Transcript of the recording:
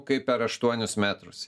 kaip per aštuonis metrus